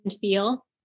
feel